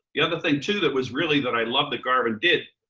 the other thing too that was really that i loved that garvin did,